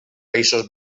països